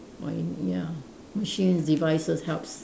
or in ya machines devices helps